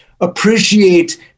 appreciate